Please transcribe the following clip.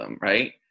right